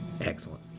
Excellent